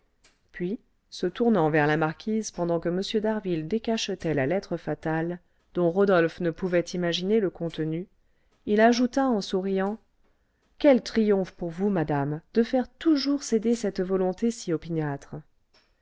puis se tournant vers la marquise pendant que m d'harville décachetait la lettre fatale dont rodolphe ne pouvait imaginer le contenu il ajouta en souriant quel triomphe pour vous madame de faire toujours céder cette volonté si opiniâtre